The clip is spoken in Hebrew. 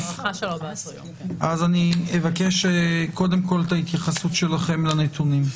אז אני אבקש קודם כל את התייחסותכם לנתונים.